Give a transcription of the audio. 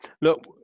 Look